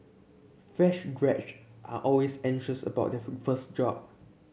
fresh graduate are always anxious about their first job